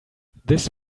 this